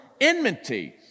enmity